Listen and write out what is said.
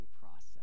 process